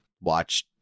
watch